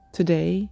today